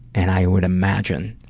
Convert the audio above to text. and i would imagine